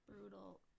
Brutal